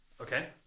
Okay